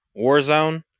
Warzone